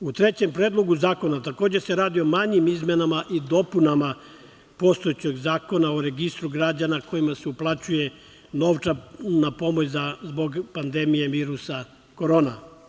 U trećem Predlogu zakona, takođe se radi o manjim izmenama i dopunama postojećeg Zakona o registru građana kojima se uplaćuje novčana pomoć zbog pandemije virusa korona.